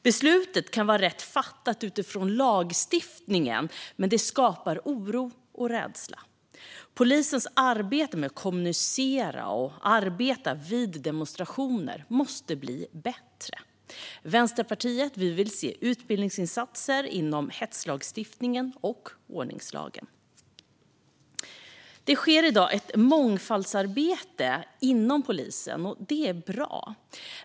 Beslutet kan ha varit rätt fattat utifrån lagstiftningen, men det skapade oro och rädsla. Polisens arbete med att kommunicera och arbeta vid demonstrationer måste bli bättre. Vänsterpartiet vill se utbildningsinsatser när det gäller hetslagstiftningen och ordningslagen. Det sker i dag ett mångfaldsarbete inom polisen, och detta är bra.